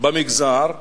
במגזר ואמרתי: